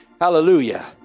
Hallelujah